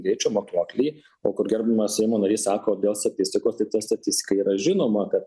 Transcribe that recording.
greičio matuoklį o kur gerbiamas seimo narys sako dėl statistikos tai ta statistika yra žinoma kad